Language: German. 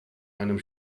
einem